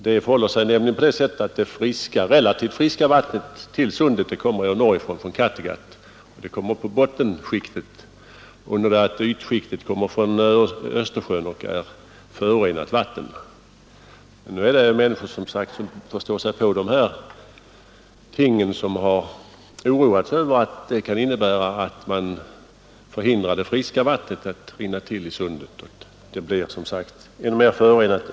Det förhåller sig nämligen på det sättet, att det relativt friska vattnet till Sundet kommer norrifrån, från Kattegat, och det strömmar i bottenskiktet, under det att ytskiktet kommer från Östersjön och är förorenat vatten. Nu har som sagt människor som förstår sig på de här tingen oroat sig över att en tunnel kan innebära att det friska vattnet hindras att rinna till i Sundet, varigenom detta blir relativt sett ännu mera förorenat.